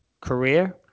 career